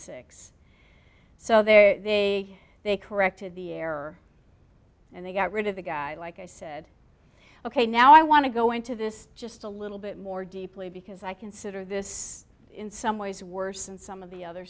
so they they corrected the error and they got rid of the guy like i said ok now i want to go into this just a little bit more deeply because i consider this in some ways worse and some of the other